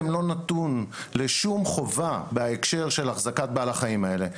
לא נתון לשום חובה בהקשר של החזקת בעל החיים הזה,